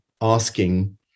asking